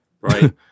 Right